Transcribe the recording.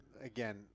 Again